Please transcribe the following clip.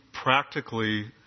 practically